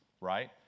right